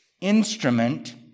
instrument